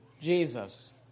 Jesus